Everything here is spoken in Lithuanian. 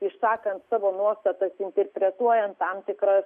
išsakant savo nuostatas interpretuojant tam tikras